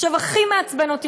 הכי מעצבן אותי,